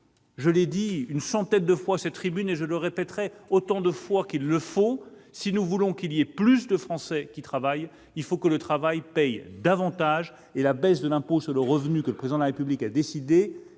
Je l'ai dit une centaine de fois à cette tribune et je le répéterai autant de fois que nécessaire : si nous voulons que plus de Français travaillent, il faut que le travail paye davantage. La baisse de l'impôt sur le revenu que le Président de la République a décidée